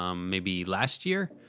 um maybe last year,